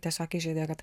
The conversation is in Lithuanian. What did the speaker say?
tiesiog įžeidė kad